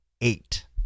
eight